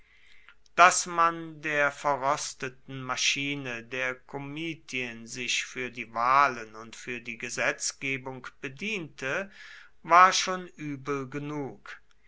daß man der verrosteten maschine der komitien sich für die wahlen und für die gesetzgebung bediente war schon übel genug